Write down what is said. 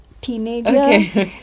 teenager